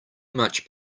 much